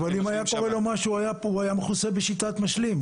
אבל אם היה קורה לו משהו הוא היה מכוסה בשיטת משלים,